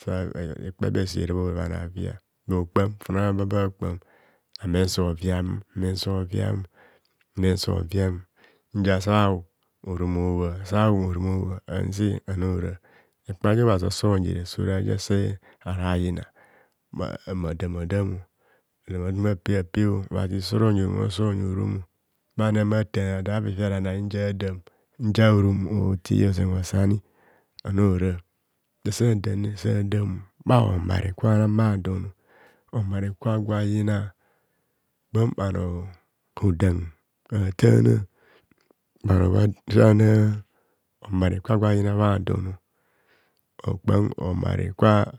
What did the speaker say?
Ekpa ebe seva bhahora shanai bhania habhavia bur kpam fon ababa ba kpam amem so viam amem so viam amem soviam nzia sa hu orom obhoa sa hu orom obhoa anze ani hora ekpa ja obhazi osonyire so ra ja asa hara yina mmdama dam ape bhapebho obhazi soro nyi pore orom osonyi oromo barata aviaranai nzia adam nzia bharom bhote ozen osani ani ora ntasa damne sa dam bha homare kwanam bhadon honare kwa gwo ayina kpam bhanor hodam ataana bhanor bhatana o- mare kwagwo ayina bhadon bur kpam homare kwa